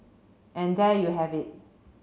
and there you have it